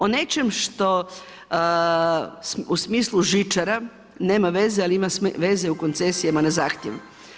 O nečem što u smislu žičara nema veze ali ima veze u koncesijama na zahtjev.